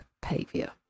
Pavia